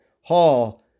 Hall